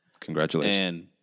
Congratulations